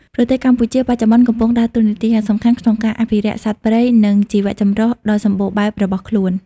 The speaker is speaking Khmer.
ប្រទេសកម្ពុជាបច្ចុប្បន្នកំពុងដើរតួនាទីយ៉ាងសំខាន់ក្នុងការអភិរក្សសត្វព្រៃ និងជីវៈចម្រុះដ៏សម្បូរបែបរបស់ខ្លួន។